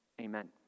Amen